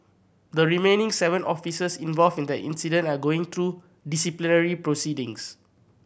the remaining seven officers involved in the incident are going through disciplinary proceedings